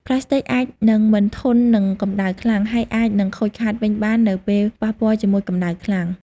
ផ្លាស្ទិកអាចនឹងមិនធន់នឹងកម្ដៅខ្លាំង ហើយអាចនឹងខូចខាតវិញបាននៅពេលប៉ះពាល់ជាមួយកម្ដៅខ្លាំង។